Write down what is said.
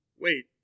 wait